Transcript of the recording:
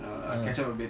catch up a bit